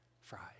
fried